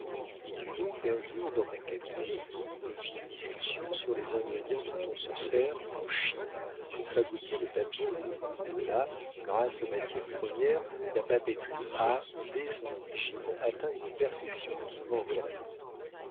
il y eut donc un jour dans mon cabinet une vive discussion sur les ingrédients dont on se sert en chine pour fabriquer le papier là grâce aux matières premières la papeterie a dès son origine atteint une perfection qui manque à la nôtre